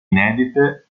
inedite